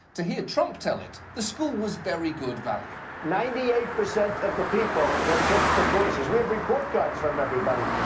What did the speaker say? to hear trump tell it, the school was very good value. ninety-eight percent of the people that took the courses we have report cards from everybody.